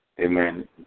Amen